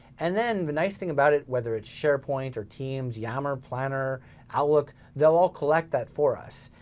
and then the nice thing about it, whether it's sharepoint or teams, yammer, planner outlook, they'll all collect that for us.